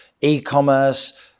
e-commerce